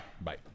bye